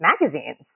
magazines